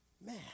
Man